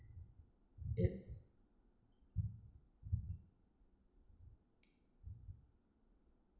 it